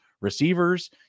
receivers